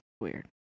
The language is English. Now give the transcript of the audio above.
weird